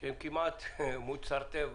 שהן כמעט מוצר טבע.